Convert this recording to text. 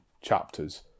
chapters